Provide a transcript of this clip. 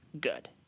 good